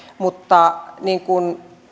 mutta niin kuin